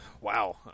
Wow